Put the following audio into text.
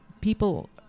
people